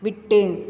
விட்டு